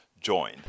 join